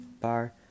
bar